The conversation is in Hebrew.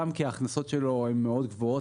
גם כי ההכנסות שלו הן גבוהות מאוד,